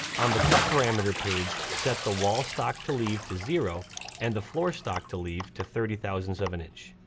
on the cut parameter page, set the wall stock to leave to zero and the floor stock to leave to thirty thousand of an inch.